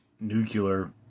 nuclear